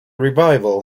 revival